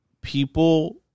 people